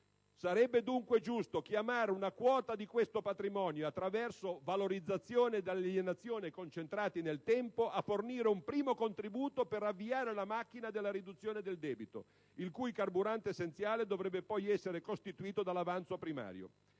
Sarebbe dunque giusto chiamare una quota di questo patrimonio - attraverso valorizzazioni e alienazioni concentrate nel tempo - a fornire un primo contributo per avviare la macchina della riduzione del debito, il cui carburante essenziale dovrebbe poi essere costituito dall'avanzo primario.